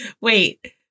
Wait